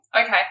Okay